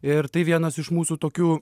ir tai vienas iš mūsų tokių